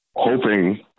Hoping